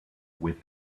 with